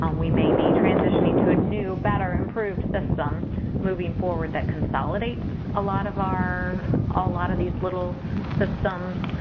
um we may be transitioning to a new, better, improved system moving forward that consolidates a lot of our a lot of these little systems,